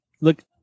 Look